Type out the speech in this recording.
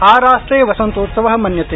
आराष्ट्रे वसन्तोत्सव वसन्यते